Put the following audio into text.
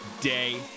day